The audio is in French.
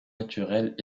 naturelles